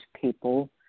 people